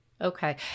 Okay